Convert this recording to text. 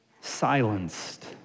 silenced